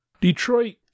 Detroit